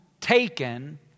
taken